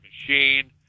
machine